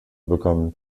bekommen